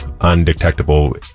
undetectable